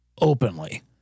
openly